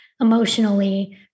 emotionally